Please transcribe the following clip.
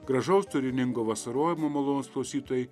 gražaus turiningo vasarojimo malonūs klausytojai